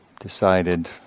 decided